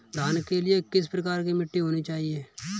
धान के लिए किस प्रकार की मिट्टी होनी चाहिए?